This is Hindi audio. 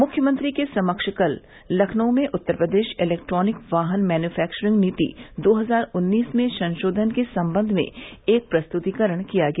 मुख्यमंत्री के समक्ष कल लखनऊ में उत्तर प्रदेश इलेक्ट्रानिक वाहन मैन्यूफैक्चरिंग नीति दो हजार उन्नीस में संशोधन के संबंध में एक प्रस्तृतीकरण किया गया